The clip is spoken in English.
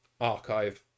archive